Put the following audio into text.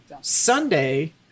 Sunday